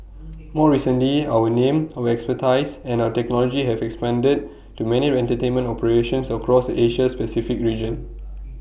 more recently our name our expertise and our technology have expanded to many entertainment operations across Asia Pacific region